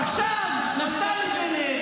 עכשיו, נפתלי בנט,